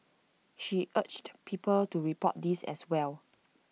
she urged people to report these as well